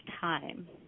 time